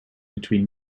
between